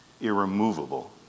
irremovable